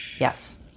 Yes